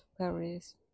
Paris